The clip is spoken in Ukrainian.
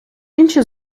інші